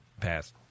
Pass